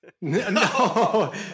no